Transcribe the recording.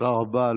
תודה רבה.